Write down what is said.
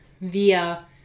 via